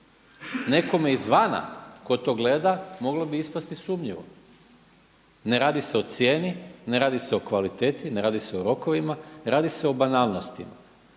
Nekome izvana tko to gleda moglo bi ispasti sumnjivo. Ne radi se o cijeni, ne radi se o kvaliteti, ne radi se o rokovima, ne radi se o banalnostima